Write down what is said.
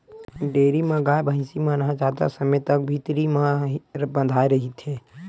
dairy म गाय, भइसी मन ह जादा समे तक भीतरी म बंधाए रहिथे